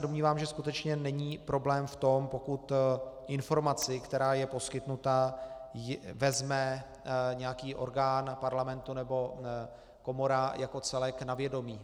Domnívám se, že skutečně není problém v tom, pokud informaci, která je poskytnuta, vezme nějaký orgán Parlamentu nebo komora jako celek na vědomí.